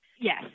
Yes